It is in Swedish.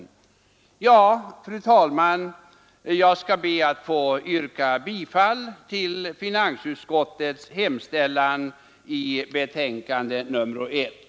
Fru talman! Jag ber att få yrka bifall till finansutskottets hemställan i betänkandet nr 1.